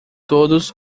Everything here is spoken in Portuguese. todos